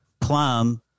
plum